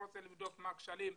לא רוצה לבדוק מה הכשלים,